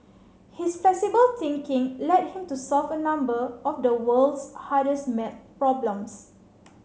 his flexible thinking led him to solve a number of the world's hardest math problems